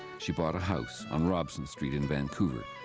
she bought a house on robson street in vancouver,